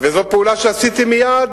וזאת פעולה שעשיתי מייד,